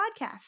podcast